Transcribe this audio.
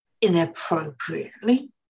inappropriately